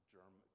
German